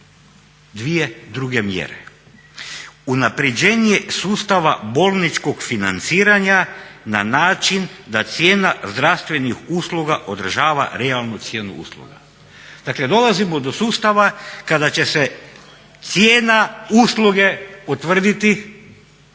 2 druge mjere, unapređenje sustava bolničkog financiranja na način da cijena zdravstvenih usluga održava realnu cijenu usluga. Dakle, dolazimo do sustava kada će se cijena usluge utvrditi